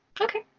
okay